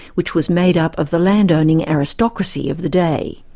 which was made up of the landowning aristocracy of the day.